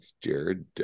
Jared